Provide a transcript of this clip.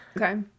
Okay